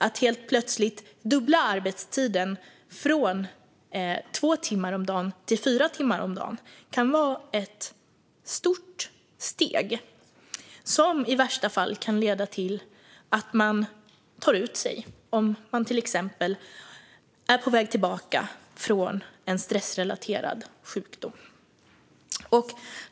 Att plötsligt dubbla arbetstiden från två timmar om dagen till fyra timmar om dagen kan vara ett stort steg som i värsta fall kan leda till att man tar ut sig om man är på väg tillbaka från en stressrelaterad sjukdom.